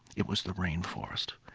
it was the rainforest.